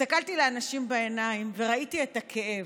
הסתכלתי לאנשים בעיניים וראיתי את הכאב.